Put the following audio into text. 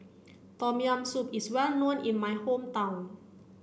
Tom Yam Soup is well known in my hometown